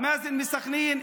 מאזן מסח'נין,